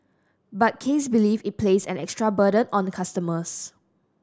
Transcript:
but Case believe it place an extra burden on customers